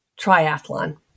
triathlon